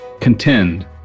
contend